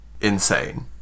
insane